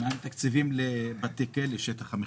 מה עם תקציבים לבתי כלא ושטח המחייה?